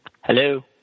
Hello